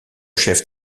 chef